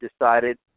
decided